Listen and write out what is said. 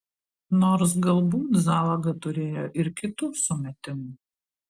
nors galbūt zalaga turėjo ir kitų sumetimų